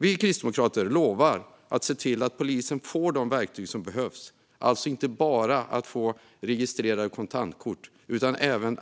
Vi kristdemokrater lovar att se till att polisen får de verktyg som behövs, alltså inte bara att få registrerade kontantkort utan även